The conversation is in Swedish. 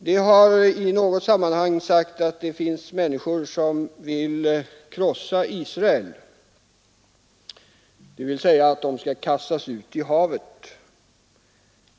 Det har i något sammanhang sagts att det finns människor som vill krossa Israel — israelerna skall kastas ut i havet.